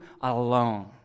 alone